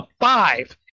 five